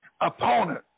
opponent